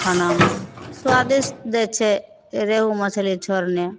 खानामे सुआदिष्ट दै छै रेहू मछली छोड़ि ने